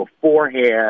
beforehand